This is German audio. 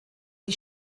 die